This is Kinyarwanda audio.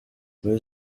muri